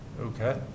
Okay